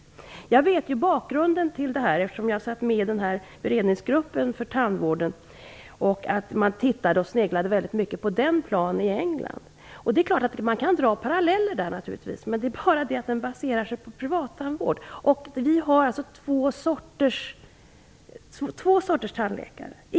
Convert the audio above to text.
Jag känner till bakgrunden till det här, eftersom jag satt med i beredningsgruppen för tandvården, och vet att man sneglade mycket på motsvarande plan i England. Man kan naturligtvis dra två paralleller, men den planen baserar sig på privattandvård, och vi har två sorters tandläkare.